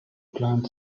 plant